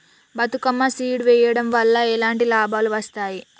Bathukamma seed వెయ్యడం వల్ల ఎలాంటి లాభాలు వస్తాయి?